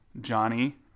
Johnny